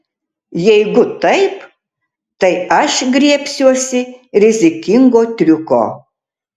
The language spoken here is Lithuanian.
jeigu taip tai aš griebsiuosi rizikingo triuko